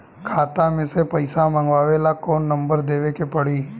खाता मे से पईसा मँगवावे ला कौन नंबर देवे के पड़ी?